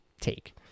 take